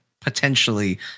potentially